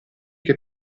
che